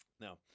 Now